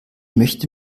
möchte